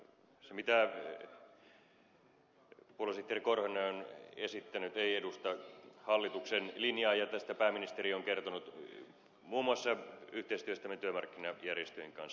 se mitä puoluesihteeri korhonen on esittänyt ei edusta hallituksen linjaa ja tästä pääministeri on kertonut muun muassa yhteistyöstämme työmarkkinajärjestöjen kanssa